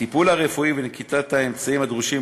הטיפול הרפואי ונקיטת האמצעים הדרושים